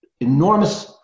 enormous